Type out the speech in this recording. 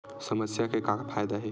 समस्या के का फ़ायदा हे?